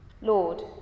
Lord